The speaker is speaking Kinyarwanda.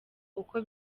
uko